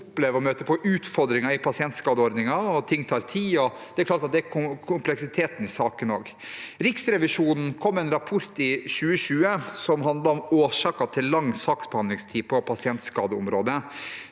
opplever å møte på utfordringer i pasientskadeordningen – ting tar tid, og det er også klart at det er kompleksitet i sakene. Riksrevisjonen kom med en rapport i 2020 som handlet om årsaken til lang saksbehandlingstid på pasientskadeområdet.